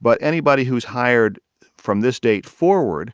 but anybody who's hired from this day forward